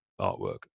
artwork